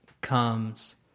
comes